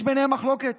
יש ביניהם מחלוקת.